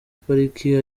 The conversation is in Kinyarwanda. pariki